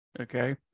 okay